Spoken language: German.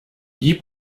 gib